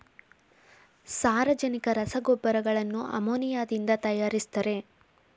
ಸಾರಜನಕ ರಸಗೊಬ್ಬರಗಳನ್ನು ಅಮೋನಿಯಾದಿಂದ ತರಯಾರಿಸ್ತರೆ